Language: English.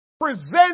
Present